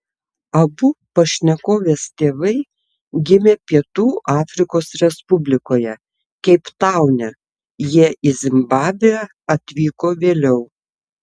abu pašnekovės tėvai gimė pietų afrikos respublikoje keiptaune jie į zimbabvę atvyko vėliau